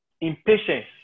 impatience